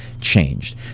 changed